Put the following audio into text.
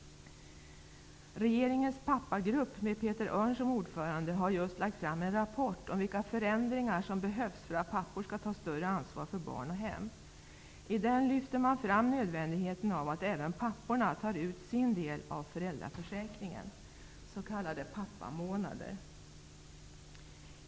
Regeringens pappagrupp med Peter Örn som ordförande har just lagt fram en rapport om vilka förändringar som behövs för att pappor skall ta större ansvar för barn och hem. I den lyfter man fram nödvändigheten av att även papporna tar ut sin del av föräldraförsäkringen, s.k pappamånader.